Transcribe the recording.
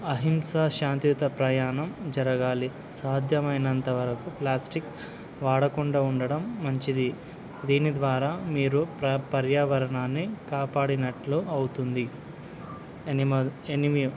అహింస శాంతియుత ప్రయాణం జరగాలి సాధ్యమైనంతవరకు ప్లాస్టిక్ వాడకుండా ఉండడం మంచిది దీని ద్వారా మీరు ప్ర పర్యావరణాన్ని కాపాడినట్లు అవుతుంది ఎనిమ ఎనిమి